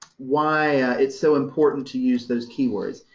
why it's so important to use those keywords.